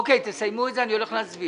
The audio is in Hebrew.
אוקי, תסיימו את זה, אני הולך להצביע.